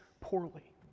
poorly